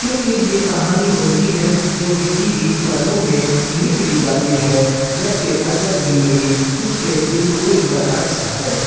کیونکہ یہ کہانی ہوتی ہے جو کسی بھی پہلو میں لکھ دی جاتی ہے جبکہ اصل زندگی اس کے بالکل برعکس ہے